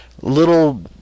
little